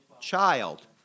child